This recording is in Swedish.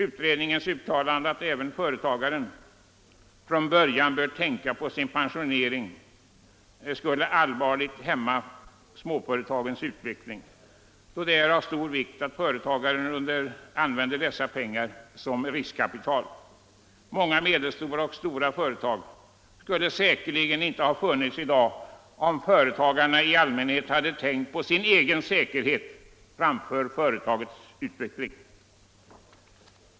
Utredningens uttalande att även företagare från början bör tänka på sin pensionering skulle allvarligt hämma småföretagens utveckling, då det är av stor vikt att företagaren använder dessa pengar som riskkapital. Många medelstora och stora företag skulle säkerligen inte ha funnits i dag, om företagarna i allmänhet hade tänkt på sin egen säkerhet framför företagets utveckling.